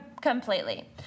completely